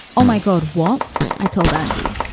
oh, my god, what i told andy,